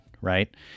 right